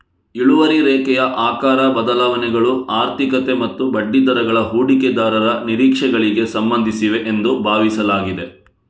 ಇಳುವರಿ ರೇಖೆಯ ಆಕಾರ ಬದಲಾವಣೆಗಳು ಆರ್ಥಿಕತೆ ಮತ್ತು ಬಡ್ಡಿದರಗಳ ಹೂಡಿಕೆದಾರರ ನಿರೀಕ್ಷೆಗಳಿಗೆ ಸಂಬಂಧಿಸಿವೆ ಎಂದು ಭಾವಿಸಲಾಗಿದೆ